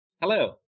Hello